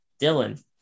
Dylan